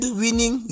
winning